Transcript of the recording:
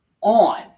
on